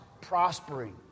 prospering